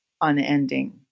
unending